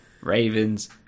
Ravens